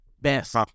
Best